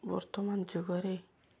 ବର୍ତ୍ତମାନ ଯୁଗରେ